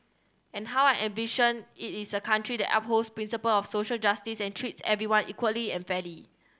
and how I envision it is a country that upholds principle of social justice and treats everyone equally and fairly